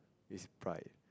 is bright